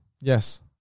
yes